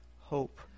hope